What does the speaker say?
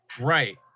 Right